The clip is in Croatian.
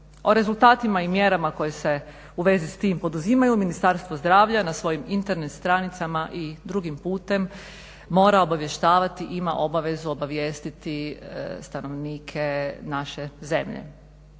O rezultatima i mjerama koje se u vezi s tim poduzimaju Ministarstvo zdravlja na svojim Internet stranicama i drugim putem mora obavještavati, ima obavezu obavijestiti stanovnike naše zemlje,